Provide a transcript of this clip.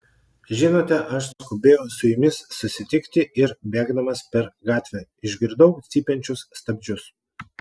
žinote aš skubėjau su jumis susitikti ir bėgdamas per gatvę išgirdau cypiančius stabdžius